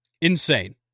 Insane